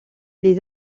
les